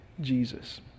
Jesus